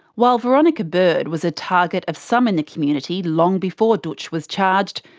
while veronica bird was a target of some in the community long before dootch was charged,